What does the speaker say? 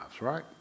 right